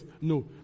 no